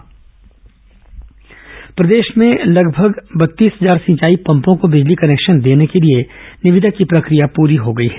मुख्यमंत्री समीक्षा प्रदेश में लगभग बत्तीस हजार सिंचाई पम्पों को बिजली कनेक्शन देने के लिए निविदा की प्रक्रिया पूरी हो गई है